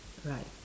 right